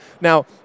Now